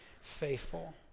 Faithful